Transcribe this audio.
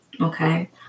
Okay